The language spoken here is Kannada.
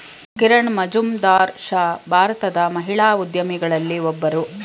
ಕಿರಣ್ ಮಜುಂದಾರ್ ಶಾ ಭಾರತದ ಮಹಿಳಾ ಉದ್ಯಮಿಗಳಲ್ಲಿ ಒಬ್ಬರು